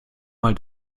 mal